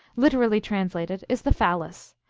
literally translated, is the phallus.